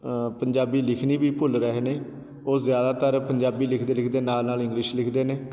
ਪੰਜਾਬੀ ਲਿਖਣੀ ਵੀ ਭੁੱਲ ਰਹੇ ਨੇ ਓਹ ਜ਼ਿਆਦਾਤਰ ਪੰਜਾਬੀ ਲਿਖਦੇ ਲਿਖਦੇ ਨਾਲ ਨਾਲ ਇੰਗਲਿਸ਼ ਲਿਖਦੇ ਨੇ